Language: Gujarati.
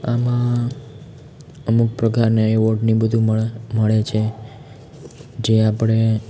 આમાં અમુક પ્રકારના એવોર્ડ અને એ બધું મળે છે જે આપણે